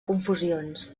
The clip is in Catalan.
confusions